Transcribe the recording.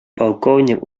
полковник